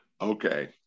Okay